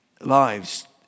lives